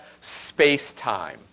space-time